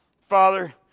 Father